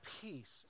peace